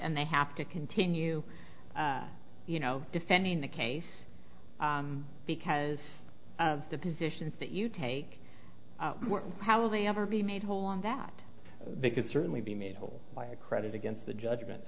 and they have to continue you know defending the case because of the positions that you take how will they ever be made whole on that they could certainly be made whole by a credit against the judgment